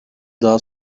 daha